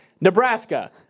Nebraska